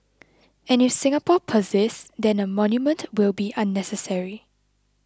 and if Singapore persists then a monument will be unnecessary